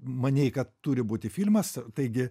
manei kad turi būti filmas taigi